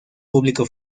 público